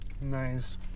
Nice